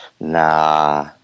Nah